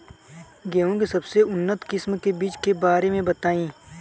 गेहूँ के सबसे उन्नत किस्म के बिज के बारे में बताई?